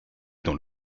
dans